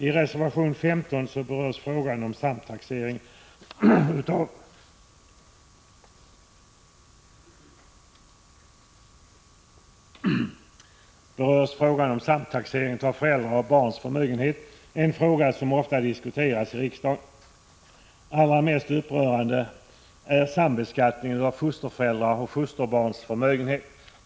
I reservation 15 berörs frågan om samtaxering av föräldrars och barns förmögenhet, en fråga som ofta diskuterats i riksdagen. Allra mest upprörande är sambeskattningen av fosterföräldrars och fosterbarns förmögenhet.